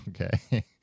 Okay